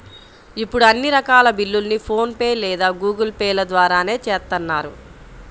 ఇప్పుడు అన్ని రకాల బిల్లుల్ని ఫోన్ పే లేదా గూగుల్ పే ల ద్వారానే చేత్తన్నారు